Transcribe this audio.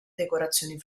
decorazioni